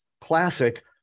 classic